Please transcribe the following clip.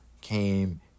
came